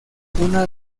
una